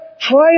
Try